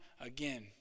again